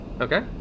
Okay